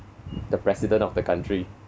the president of the country